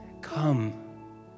come